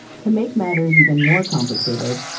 to make matters even more complicated,